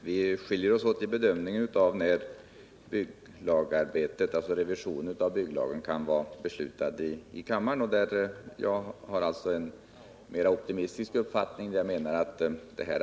Herr talman! Tore Claeson och jag skiljer oss åt i fråga om bedömningen av när revisionen av bygglagen kan vara beslutad här i kammaren. Jag har en mer optimistisk uppfattning än Tore Claeson.